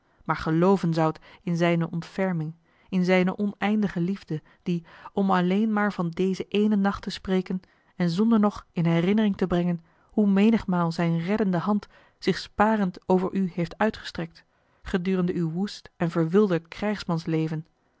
maar gelooven zoudt in zijne ontferming in zijne oneindige liefde die om alleen maar van dezen éénen nacht te spreken en zonder nog in herinnering te brengen hoe menigmaal zijne reddende hand zich sparend over u heeft uitgestrekt gedurende uw woest en verwilderd krjjgsmansleven